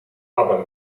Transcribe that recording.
aber